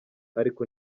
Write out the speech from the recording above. ariko